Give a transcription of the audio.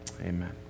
amen